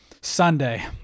Sunday